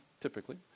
typically